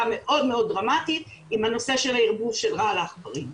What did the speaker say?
מאוד מאוד דרמטית עם הנושא של הערבוב של רעל העכברים.